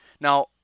Now